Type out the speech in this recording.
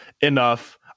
enough